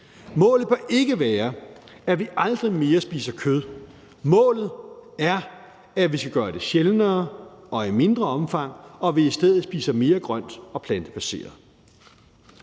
Målet bør ikke være, at vi aldrig mere spiser kød. Målet er, at vi skal gøre det sjældnere og i mindre omfang, og at vi i stedet skal spise mere grønt og plantebaseret.